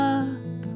up